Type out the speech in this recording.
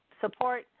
support